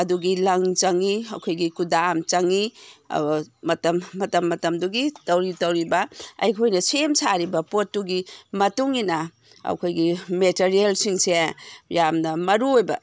ꯑꯗꯨꯒꯤ ꯂꯪ ꯆꯪꯏ ꯑꯩꯈꯣꯏꯒꯤ ꯀꯨꯗꯥꯝ ꯆꯪꯏ ꯃꯇꯝ ꯃꯇꯝꯗꯨꯒꯤ ꯇꯧꯔꯤ ꯇꯧꯔꯤꯕ ꯑꯩꯈꯣꯏꯅ ꯁꯦꯝ ꯁꯥꯔꯤꯕ ꯄꯣꯠꯇꯨꯒꯤ ꯃꯇꯨꯡ ꯏꯟꯅ ꯑꯩꯈꯣꯏꯒꯤ ꯃꯦꯇꯔꯦꯜꯁꯤꯡꯁꯦ ꯌꯥꯝꯅ ꯃꯔꯨ ꯑꯣꯏꯕ